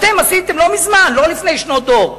אתם עשיתם, לא מזמן, לא לפני שנות דור.